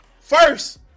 First